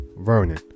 Vernon